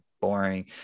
Boring